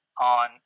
on